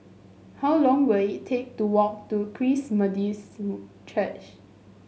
how long will it take to walk to Christ Methodist Church